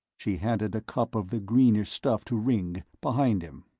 she handed a cup of the greenish stuff to ringg, behind him.